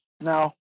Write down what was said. Now